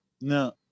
no